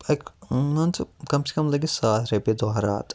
like مان ژٕ کَم سے کَم لَگیٚس ساس رۄپیہِ دۄہ رات